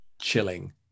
chilling